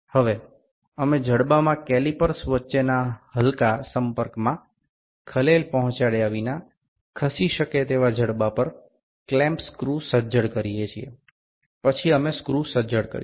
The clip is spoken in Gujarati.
હવે અમે જડબામાં કેલિપર્સ વચ્ચેના હલકા સંપર્કમાં ખલેલ પહોંચાડ્યા વિના ખસી શકે તેવા જડબા પર ક્લેમ્પ સ્ક્રુ સજ્જડ કરીએ છીએ પછી અમે સ્ક્રુ સજ્જડ કરીશું